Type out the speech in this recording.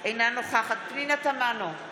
אינה נוכחת פנינה תמנו,